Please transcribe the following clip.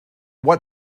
what